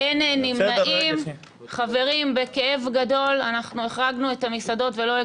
חבר הכנסת חסיד, גם אתה